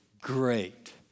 Great